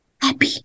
happy